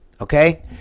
okay